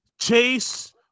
Chase